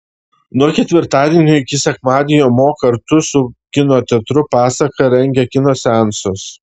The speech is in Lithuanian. nuo ketvirtadienio iki sekmadienio mo kartu su kino teatru pasaka rengia kino seansus